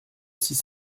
six